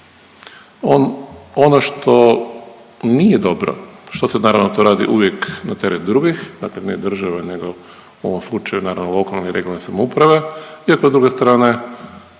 Ono što nije dobro, što se naravno to radi uvijek na teret drugih, dakle ne države nego u ovom slučaju naravno lokalne i regionalne samouprave iako s druge strane